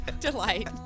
delight